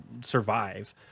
survive